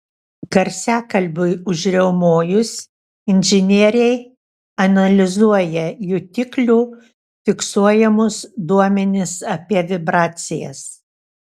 garsiakalbiui užriaumojus inžinieriai analizuoja jutiklių fiksuojamus duomenis apie vibracijas